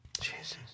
Jesus